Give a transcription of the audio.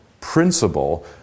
principle